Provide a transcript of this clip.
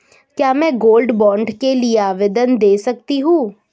क्या मैं gold bond के लिए आवेदन दे सकती हूँ?